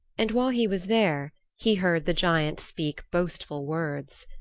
and while he was there he heard the giant speak boastful words.